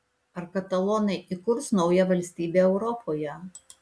ar katalonai įkurs naują valstybę europoje